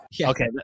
Okay